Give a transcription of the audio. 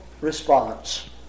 response